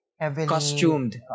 costumed